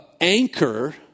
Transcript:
anchor